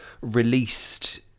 released